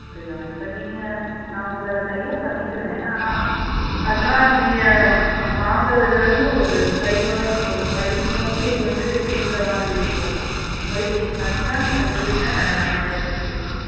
அப்படியா இப்போ நீங்கள் நான் உங்களை டை அப் பண்ணிக்கிறேன் ஆனால் பண்ணால் நீங்கள் வாங்குகிறதுலேருந்து ஒரு ஃபை பெ ஒரு ஃபை பர்சன்டேஜ் வந்து கொடுக்குற மாதிரி இருக்கும் உங்களுக்கு இது சரினால் நீங்கள் சொல்லுங்கள் நம்ம இதை பற்றி பேசலாம்